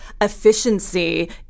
efficiency